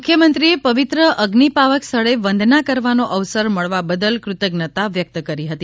મુખ્યમંત્રીએ પવિત્ર અઝિ પાવક સ્થળે વંદના કરવાનો અવસર મળ્યા બદલ ફતજ્ઞતા વ્યક્ત કરી હતી